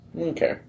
Okay